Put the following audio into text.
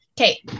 Okay